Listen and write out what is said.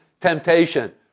Temptation